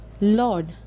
Lord